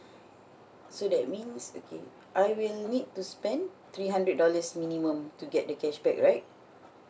so that means okay I will need to spend three hundred dollars minimum to get the cashback right